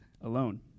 alone